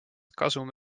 kasum